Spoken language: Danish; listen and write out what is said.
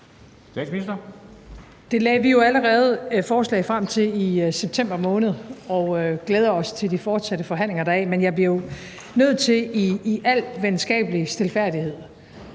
Det lagde vi jo allerede forslag frem til i september måned, og vi glæder os til de fortsatte forhandlinger. Men jeg bliver nødt til i al venskabelig stilfærdighed